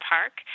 Park